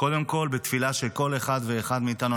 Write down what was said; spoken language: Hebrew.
קודם כול, בתפילה של כל אחד ואחד מאיתנו.